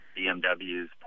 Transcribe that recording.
BMWs